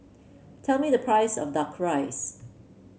tell me the price of duck rice